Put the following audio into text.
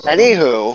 Anywho